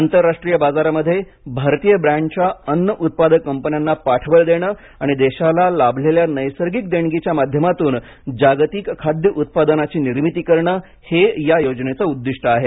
आंतरराष्ट्रीय बाजारामधे भारतीय ब्रँडच्या अन्न उत्पादक कंपन्याना पाठबळ देणं आणि देशाला लाभलेल्या नैसर्गिक देणगीच्या माध्यमातून जागतिक खाद्य उत्पादनाची निर्मिती करणं हे या योजनेचं उद्दीष्ट आहे